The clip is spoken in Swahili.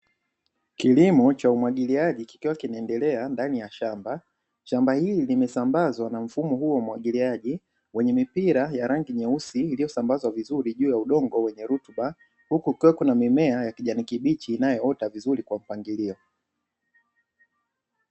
Kilimo cha umwagiliaji kikiwa kinaendelea ndani ya shamba shamba hili limesambazwa na mfumo huo mwagiliaji wenye mipira ya rangi nyeusi iliyosambazwa vizuri juu ya udongo wenye rutuba, huku kwekwe na mimea ya kijani kibichi inayoota vizuri kwa mpangilio.